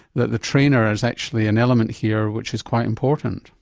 that the trainer is actually an element here which is quite important.